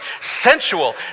sensual